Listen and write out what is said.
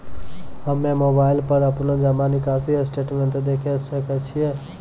हम्मय मोबाइल पर अपनो जमा निकासी स्टेटमेंट देखय सकय छियै?